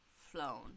flown